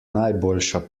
najboljša